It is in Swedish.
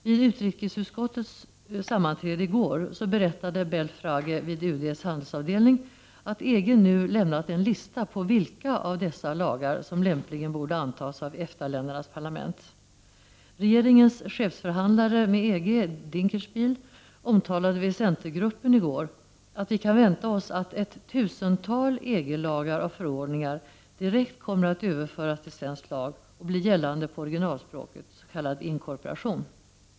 Vid utrikesutskottets sammanträde i går berättade Belfrage vid UD:s handelsavdelning, att EG nu lämnat en lista på vilka av dessa lagar som lämpligen borde antas av EFTA-ländernas parlament. Regeringens chefsförhandlare med EG, Dinkelspiel, omtalade för centergruppen i går att vi kan vänta oss att ett tusental EG-lagar och förordningar direkt kommer att överföras till svensk lag och bli gällande på originalspråket, s.k. inkorporation.